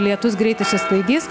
lietus greit išsisklaidys